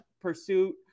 pursuit